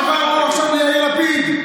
חבר אליו עכשיו יאיר לפיד.